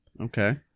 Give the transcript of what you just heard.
Okay